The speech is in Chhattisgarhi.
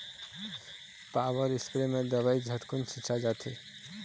पॉवर इस्पेयर म दवई झटकुन छिंचा जाथे